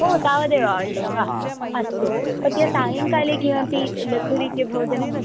ओ तावदेव आवश्यकं वा अस्तु अद्य सायङ्काले किमपि लघुरीत्या भोजनम्